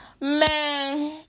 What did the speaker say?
man